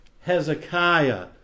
Hezekiah